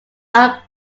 are